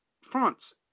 France